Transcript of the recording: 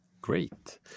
Great